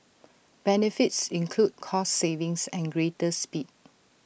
benefits include cost savings and greater speed